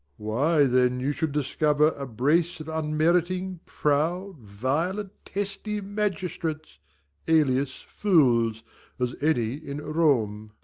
why, then you should discover a brace of unmeriting, proud, violent, testy magistrates alias fools as any in rome.